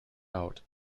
out